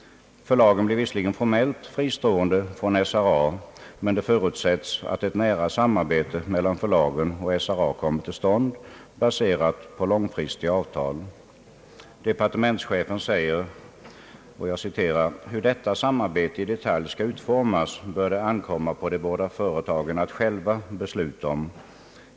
Förlagen blir visserligen formellt fristående från SRA, men det förutsättes att ett nära samarbete mellan förlagen och SRA kommer till stånd, baserat på långfristiga avtal. Departementschefen säger: »Hur detta samarbete i detalj skall utformas bör det ankomma på de båda företagen att själva besluta om.